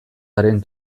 garen